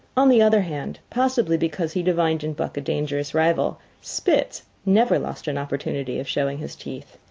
on the other hand, possibly because he divined in buck a dangerous rival, spitz never lost an opportunity of showing his teeth.